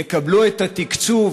יקבלו את התקצוב